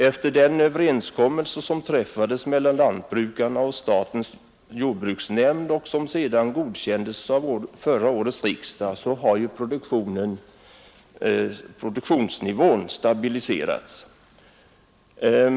Efter den överenskommelse som träffades mellan lantbrukarna och statens jordbruksnämnd och som sedan godkändes av förra årets riksdag har produktionsnivån stabiliserats.